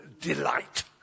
delight